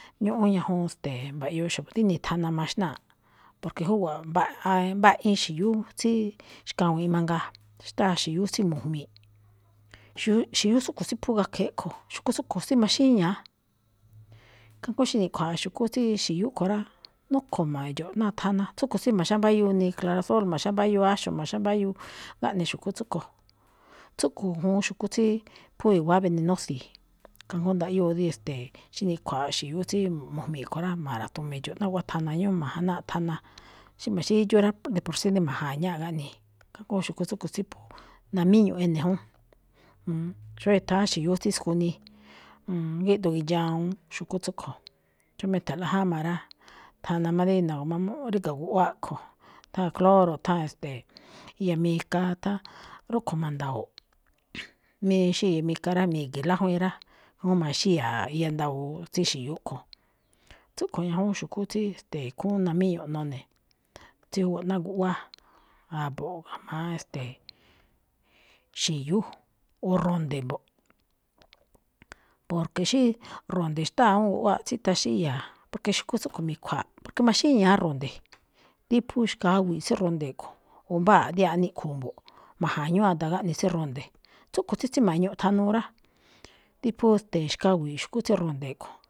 Ñúꞌún ñajuun, ste̱e̱, mba̱ꞌyoo xa̱bo̱ díni thana maxnáaꞌ, porque júwa̱ꞌ mbaꞌa- mbaꞌiin xi̱yú tsí xkawi̱inꞌ mangaa. Xtáa xi̱yú tsí mu̱jmi̱i̱ꞌ, xi̱yú tsúꞌkhue̱n tsí phú gakhe̱ eꞌkho̱, xu̱kúꞌ tsúꞌkho̱ tsí maxíña̱á, kajngó xí niꞌkhua̱a̱ xu̱kú tsí x̱yú kho̱ rá, núkho̱ maidxo̱ꞌ ná thana, tsúꞌkho̱ tsí ma̱xámbáyúu ni clarasol, ma̱xámbáyúu áxo̱, maxámbáyúu gáꞌne xu̱kú tsúꞌkho̱. Tsúꞌkho̱ juun xu̱kú phú i̱wa̱á benenósi̱i̱, kajngó ndaꞌyóo dí, e̱ste̱e̱, xí niꞌkhua̱a̱ xi̱yú tsí mo̱jmi̱i̱ kho̱ꞌ rá, ma̱ra̱tuun mi̱dxo̱ꞌ ná guꞌwá thana ñúꞌún, ma̱janáaꞌ thana. Xí ma̱xídxú rá, de por sí rí ma̱ja̱ñáaꞌ gáꞌnii̱, kajngó xu̱kú tsúꞌkho̱ tsí phú namíñuꞌ ene̱ jún. xóó i̱tha̱án xi̱yú tsí skunii, géꞌdoo gidxawuun xu̱kú tsúꞌkho̱, xómá e̱tha̱nlo̱ꞌ jáma̱ rá, thana má rí na̱gu̱mamú-ríga̱ guꞌwáá a̱ꞌkho̱, tháan cloro, tháan, e̱ste̱e̱, iya mika tháan, rúꞌkho̱ ma̱nda̱wo̱o̱ꞌ. mi xí iya mika rá, mi̱gi̱i̱n lájwíin rá, jngó maxíya̱a̱ iyandawoo tsí xi̱yú kho̱. Tsúꞌkhue̱n ñajúún xi̱kú tsí, ste̱e̱, khúún namíñuꞌ none̱, tsí júwa̱ꞌ ná guꞌwáá, a̱bo̱ꞌ ga̱jma̱á, e̱ste̱e̱, xi̱yú, o ro̱nde̱ mbo̱ꞌ. Porque xí ro̱nde̱ xtáa awúun guꞌwáaꞌ, tsítaxíya̱a̱, porque xu̱kú tsúꞌkho̱ mi̱khua̱a̱ꞌ, porque maxíña̱á ro̱nde̱, di phú xkawi̱i̱ꞌ tsí ro̱nde̱ kho̱, o mbáa a̱ꞌdiáaꞌ niꞌkhu̱u̱ mbo̱ꞌ, ma̱ja̱ñúu ada̱ gaꞌne tsí ro̱nde̱. Tsúꞌkhue̱n tsí tsíma̱ñuꞌ thanuu rá, dí phú xkawi̱i̱ꞌ xu̱kú tsí ro̱nde̱ kho̱.